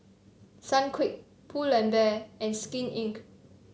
Sunquick Pull and Bear and Skin Inc